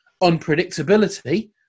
unpredictability